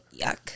Yuck